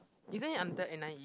isn't it under n_i_e